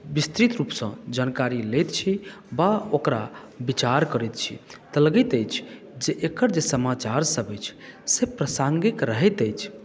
विस्तृत रूपसँ जानकारी लैत छी वा ओकरा विचार करैत छी तऽ लगैत अछि जे एकर जे समाचारसभ अछि से प्रासङ्गिक रहैत अछि